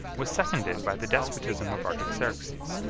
was seconded by the despotism of artaxerxes,